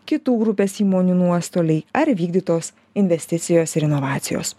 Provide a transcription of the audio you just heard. kitų grupės įmonių nuostoliai ar vykdytos investicijos ir inovacijos